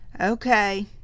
Okay